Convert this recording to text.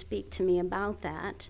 speak to me about that